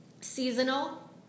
seasonal